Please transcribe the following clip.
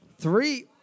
three